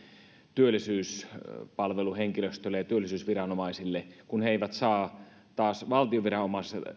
työllisyyspalveluhenkilöstölle ja työllisyysviranomaisille kun he eivät saa taas